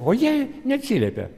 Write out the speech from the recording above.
o jie neatsiliepė